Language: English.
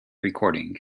recording